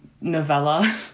novella